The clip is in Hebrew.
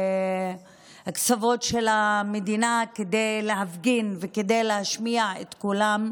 הקצוות של המדינה כדי להפגין וכדי להשמיע את קולם,